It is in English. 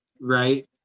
right